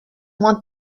want